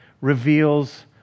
reveals